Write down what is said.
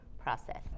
process